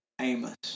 Amos